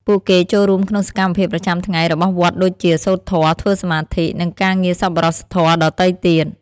ពួកគេចូលរួមក្នុងសកម្មភាពប្រចាំថ្ងៃរបស់វត្តដូចជា សូត្រធម៌ ធ្វើសមាធិ និងការងារសប្បុរសធម៌ដទៃទៀត។